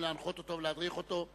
להנחות אותו ולהדריך אותו,